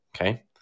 Okay